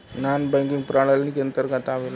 नानॅ banking प्रणाली के अंतर्गत आवेला